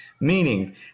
meaning